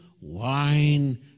wine